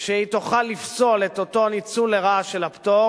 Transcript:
שהיא תוכל לפסול את אותו ניצול לרעה של הפטור,